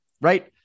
right